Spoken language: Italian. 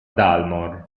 dalmor